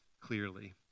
clearly